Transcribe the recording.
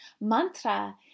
mantra